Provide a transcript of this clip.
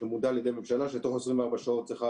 --- על ידי ממשלה שתוך 24 שעות צריכה